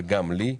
וגם לי.